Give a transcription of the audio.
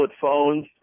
phones